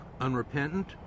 unrepentant